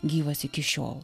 gyvas iki šiol